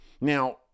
Now